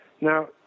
Now